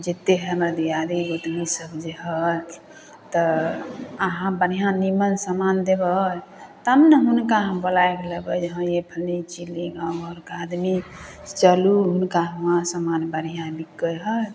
जतेक हमर दिआदनी गोतनीसभ जे हइ तऽ अहाँ बढ़िआँ निम्मन समान देबै तब ने हुनका हम बोलाइ कऽ लेबै जे हँ फल्लीं चिल्लीं गामघरके आदमी चलू हुनका हुआँ सामान बढ़िआँ बिकै हइ